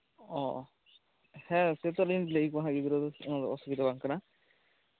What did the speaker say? ᱚ ᱦᱮᱸ ᱥᱮᱭ ᱛᱚ ᱟᱹᱞᱤᱧ ᱞᱤᱧ ᱞᱟᱹᱭ ᱟᱠᱚᱣᱟ ᱜᱤᱫᱽᱨᱟᱹ ᱫᱚ ᱪᱮᱫ ᱦᱚᱸ ᱚᱥᱩᱵᱤᱫᱷᱟ ᱵᱟᱝ ᱠᱟᱱᱟ